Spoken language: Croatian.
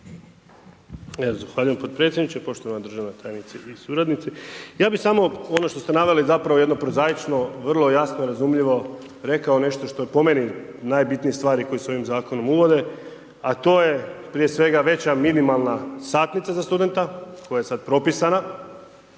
zahvaljujem potpredsjedniče, poštovana državna tajnice i suradnici. Ja bih samo ono što ste naveli zapravo jedno prozaično, vrlo jasno, razumljivo rekao nešto što po meni najbitnije stvari koje se ovim zakonom uvode a to je prije svega veća minimalna satnica za studenta koja je sada propisana,